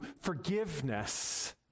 forgiveness